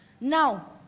Now